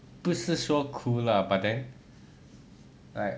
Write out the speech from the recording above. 不是说 cool lah but then like